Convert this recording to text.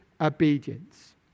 obedience